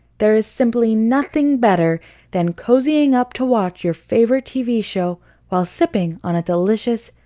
there is simply nothing better than cozying up to watch your favorite tv show while sipping on a delicious,